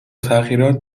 تغییرات